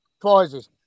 prizes